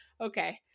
okay